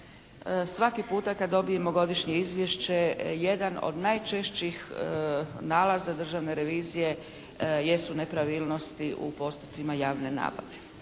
svaki puta kad dobijemo godišnje izvješće jedan od najčešćih nalaza Državne revizije jesu nepravilnosti u postupcima javne nabave.